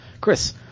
Chris